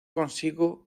consigo